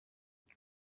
what